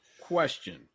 Question